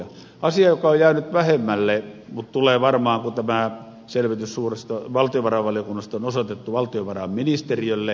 asia joka on jäänyt vähemmälle mutta tulee varmaan kun tämä selvitys valtiovarainvaliokunnasta on osoitettu valtiovarainministeriölle